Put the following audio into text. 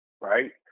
right